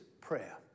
prayer